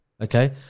Okay